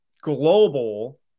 global